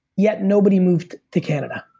yet nobody moved to canada